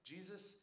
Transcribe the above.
Jesus